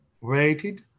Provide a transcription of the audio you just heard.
rated